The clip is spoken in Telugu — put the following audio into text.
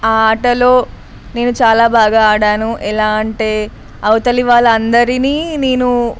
ఆ ఆటలో నేను చాలా బాగా ఆడాను ఎలా అంటే అవతలి వాళ్ళ అందరినీ నేను